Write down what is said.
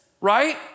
right